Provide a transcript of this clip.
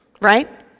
right